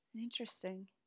Interesting